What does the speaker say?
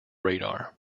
radar